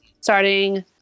Starting